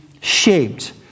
shaped